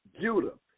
Judah